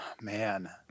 man